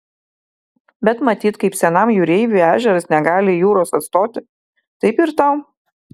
bet matyt kaip senam jūreiviui ežeras negali jūros atstoti taip ir tau